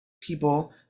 people